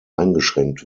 eingeschränkt